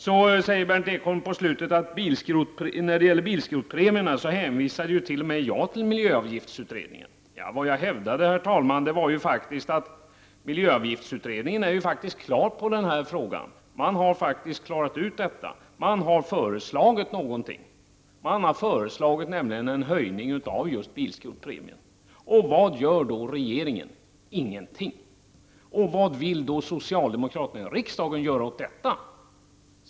Berndt Ekholm säger på slutet att när det gäller bilskrotningspremierna hänvisar t.o.m. jag till miljöavgiftsutredningen. Jag hävdade, herr talman, faktiskt att miljöavgiftsutredningen är klar men den frågan. Man har faktiskt klarat ut detta. Man har föreslagit en höjning av just bilskrotningspremien. Vad gör då regeringen? Ingenting. Vad vill då socialdemokraterna i riksdagen göra åt detta?